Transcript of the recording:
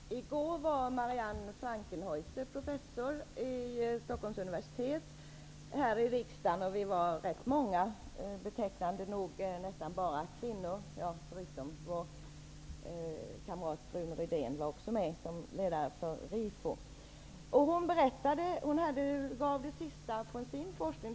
Herr talman! I går var Marianne Frankenhaeuser, som är professor vid Stockholms universitet, här och talade. Vi var rätt många som lyssnade, betecknande nog nästan bara kvinnor, förutom vår kamrat Rune Rydén som deltog i sin egenskap av ordförande för RIFO. Marianne Frankenhaeuser redogjorde för det senaste inom sin forskning.